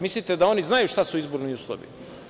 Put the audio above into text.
Mislite da oni znaju šta su izborni uslovi?